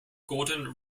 gordon